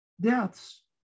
deaths